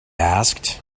asked